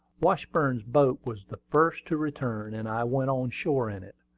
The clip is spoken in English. washburn's boat was the first to return, and i went on shore in it.